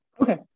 Okay